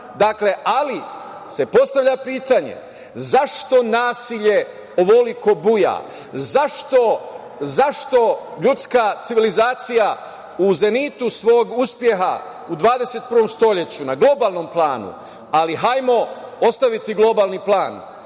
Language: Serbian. pravnom, ali se postavlja pitanje – zašto nasilje ovoliko buja? Zašto ljudska civilizacija u zenitu svog uspeha u 21. stoleću u globalnom planu? Ali hajmo ostaviti globalni plan,